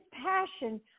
passion